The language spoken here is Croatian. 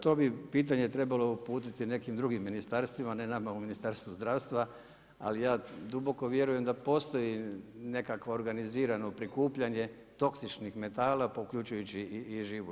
To bi pitanje trebalo uputiti nekim drugim ministarstvima, ne nama u Ministarstvu zdravstva, ali ja duboko vjerujem da postoji nekakvo organizirano prikupljanje toksičnih metala, pa uključujući i živu.